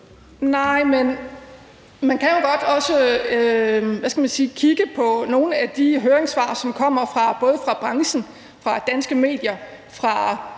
skal man sige, kigge på nogle af de høringssvar, som kommer både fra branchen, fra danske medier og fra